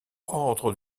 ordre